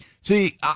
See